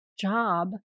job